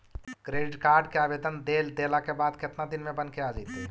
Credit card के आवेदन दे देला के बाद केतना दिन में बनके आ जइतै?